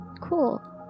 Cool